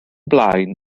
blaen